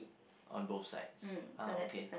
on both sides ah okay